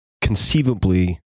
conceivably